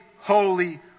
holy